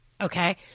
Okay